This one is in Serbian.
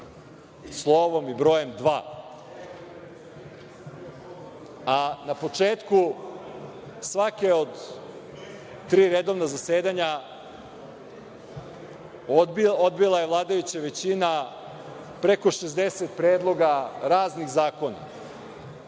Slovom i brojem, dva. Na početku svake od tri redovna zasedanja odbila je vladajuća većina preko 60 predloga raznih zakona